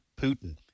Putin